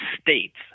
states